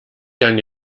gang